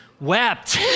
wept